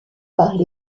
par